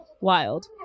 Wild